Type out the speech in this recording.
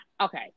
okay